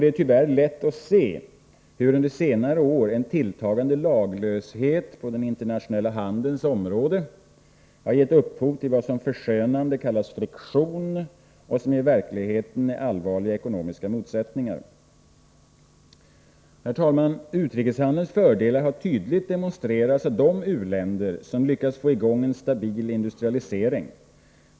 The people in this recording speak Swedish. Det är tyvärr lätt att se hur under senare år en tilltagande laglöshet på den internationella handelns område givit upphov till vad som förskönande kallats ”friktion” och som i verkligheten är allvarliga ekonomiska motsättningar. Utrikeshandelns fördelar har tydligt demonstrerats av de u-länder som lyckats få i gång en stabil industrialisering.